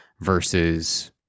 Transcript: versus